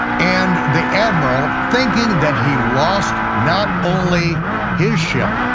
and the admiral, thinking that he lost not only his ship,